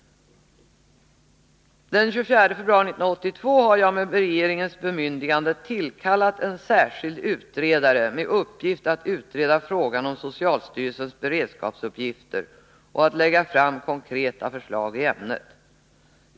Med regeringens bemyndigande den 24 februari 1982 har jag tillkallat en särskild utredare med uppgift att utreda frågan om socialstyrelsens beredskapsuppgifter och att lägga fram konkreta förslag i ämnet.